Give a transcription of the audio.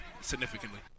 significantly